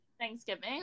thanksgiving